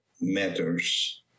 matters